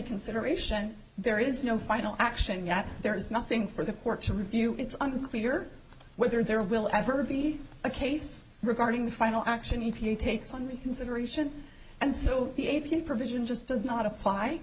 reconsideration there is no final action yet there is nothing for the court to review it's unclear whether there will ever be a case regarding the final action you takes on reconsideration and so the a p provision just does not apply